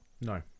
No